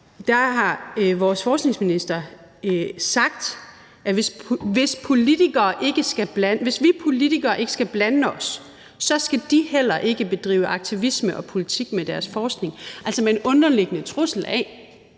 for vores forskningsminister har sagt, at hvis vi politikere ikke skal blande os, skal de heller ikke bedrive aktivisme og politik med deres forskning, altså med en underliggende trussel om,